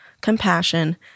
compassion